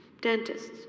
dentists